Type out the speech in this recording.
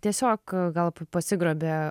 tiesiog gal pasigrobė